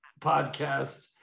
podcast